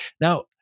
Now